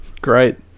Great